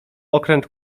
okręt